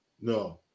No